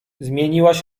zmieniłaś